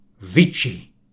Vici